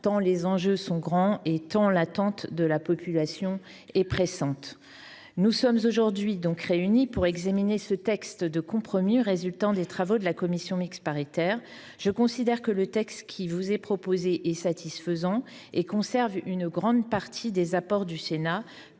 tant les enjeux sont grands et tant l’attente de la population se fait vive. Nous sommes aujourd’hui réunis pour examiner le texte de compromis résultant des travaux de la commission mixte paritaire. Je considère qu’il est satisfaisant et qu’il conserve une grande partie des apports du Sénat,